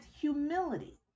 humility